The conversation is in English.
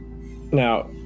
now